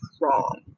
wrong